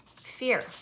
fear